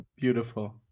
Beautiful